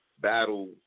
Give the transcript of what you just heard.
battle